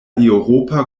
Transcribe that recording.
eŭropa